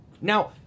Now